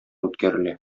үткәрелә